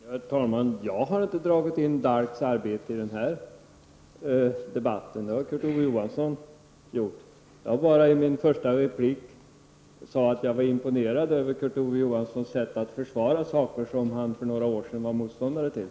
Herr talman! Jag har inte dragit in DALK:s arbete i den här debatten. Det har Kurt Ove Johansson gjort. Jag sade i min första replik att jag var imponerad över Kurt Ove Johanssons sätt att försvara saker som han för några år sedan var motståndare till.